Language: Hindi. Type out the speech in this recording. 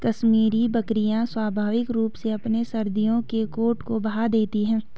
कश्मीरी बकरियां स्वाभाविक रूप से अपने सर्दियों के कोट को बहा देती है